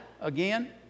again